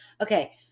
Okay